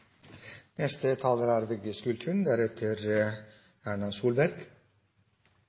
Neste taler er